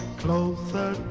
closer